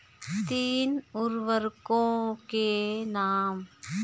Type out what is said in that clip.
तीन उर्वरकों के नाम?